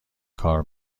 کار